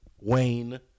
wayne